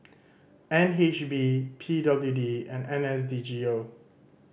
N H B P W D and N S D G O